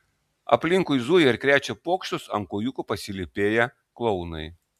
aplinkui zuja ir krečia pokštus ant kojūkų pasilypėję klounai